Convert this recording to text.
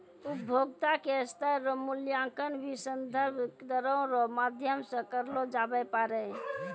उपभोक्ता के स्तर रो मूल्यांकन भी संदर्भ दरो रो माध्यम से करलो जाबै पारै